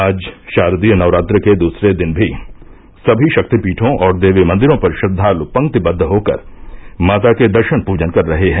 आज शारदीय नवरात्र के दूसरे दिन भी सभी शक्तिपीठो और देवी मंदिरों पर श्रद्वालु पंक्तिबद्द होकर माता के दर्शन पूजन कर रहे हैं